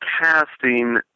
casting